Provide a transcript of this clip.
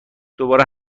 دوباره